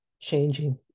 changing